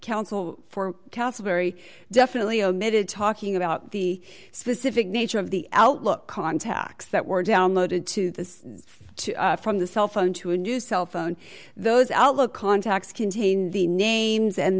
counsel very definitely omitted talking about the specific nature of the outlook contacts that were downloaded to this from the cell phone to a new cell phone those outlook contacts contain the names and